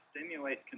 stimulate